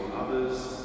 others